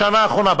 בשנה האחרונה,